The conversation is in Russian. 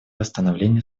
восстановления